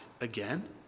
again